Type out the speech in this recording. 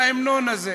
ההמנון הזה.